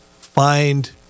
find